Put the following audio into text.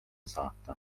saata